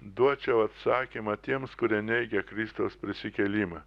duočiau atsakymą tiems kurie neigia kristaus prisikėlimą